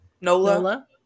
Nola